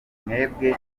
mwebwe